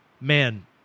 man